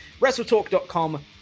WrestleTalk.com